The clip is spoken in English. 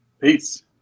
peace